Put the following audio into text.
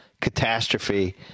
catastrophe